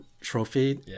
trophy